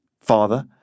father